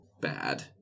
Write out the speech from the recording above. bad